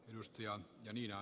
arvoisa puhemies